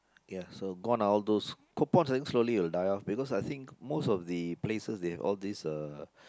ya so gone are all those coupons I think slowly will die off because I think most of the places they have all this uh